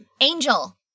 Angel